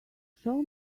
show